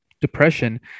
depression